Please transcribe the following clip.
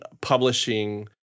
publishing